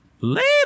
Later